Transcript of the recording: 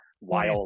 wild